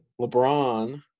LeBron